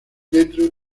dentro